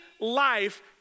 life